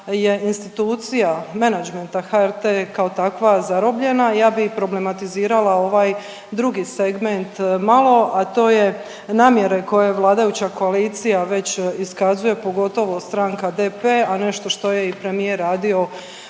je institucija menadžmenta HRT-a kao takva zarobljena, ja bih problematizirala ovaj drugi segment, malo, a to je namjere koja vladajuća koalicija već iskazuje, pogotovo DP, a nešto što je i premijer radio